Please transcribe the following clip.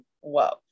whoa